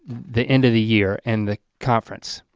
the end of the year and the conference,